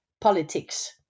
politics